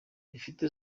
bifite